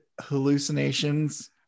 hallucinations